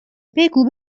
بگو